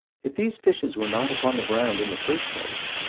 if these fishes were not upon the ground in the first place,